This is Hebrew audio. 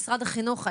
משרד החינוך,